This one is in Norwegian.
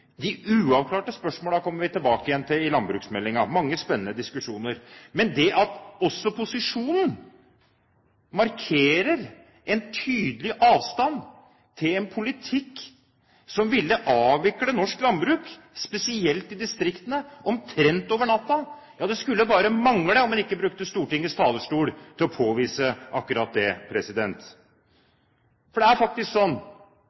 De uavklarte spørsmålene kommer vi tilbake til i landbruksmeldingen – mange spennende diskusjoner. Men det at også posisjonen markerer en tydelig avstand til en politikk som ville avvikle norsk landbruk – spesielt i distriktene, omtrent over natten – ja, det skulle bare mangle at man ikke brukte Stortingets talerstol til å påvise akkurat det. For det er faktisk sånn